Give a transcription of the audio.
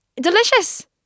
delicious